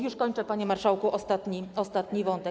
Już kończę, panie marszałku, ostatni wątek.